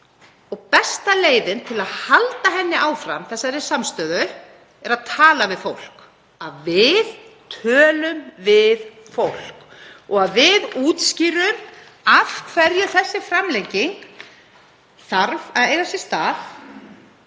Besta leiðin til að halda þessari samstöðu er að tala við fólk, að við tölum við fólk og að við útskýrum af hverju þessi framlenging þarf að eiga sér stað,